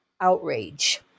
outrage